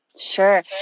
Sure